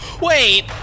Wait